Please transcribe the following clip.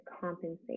compensate